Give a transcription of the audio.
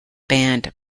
band